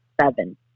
seven